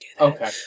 Okay